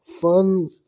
fun